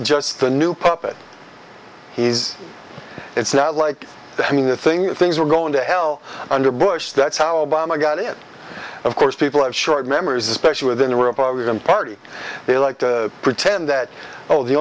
just a new puppet he's it's not like i mean the thing that things are going to hell under bush that's how obama got it of course people have short memories especially within the republican party they like to pretend that oh the